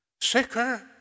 sicker